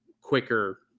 quicker